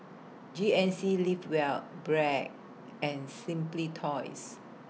G N C Live Well Bragg and Simply Toys